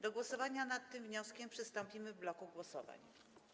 Do głosowania nad tym wnioskiem przystąpimy w bloku głosowań.